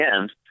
end